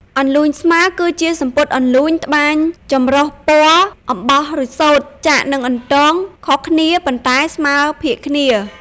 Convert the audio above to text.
អន្លូញស្មើ គឺជាសំពត់អន្លូញត្បាញចម្រុះព័ណ៌អំបោះឬសូត្រ ចាក់និងអន្ទងខុសគ្នាប៉ុន្តែស្មើភាគគ្នា។